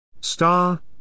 Star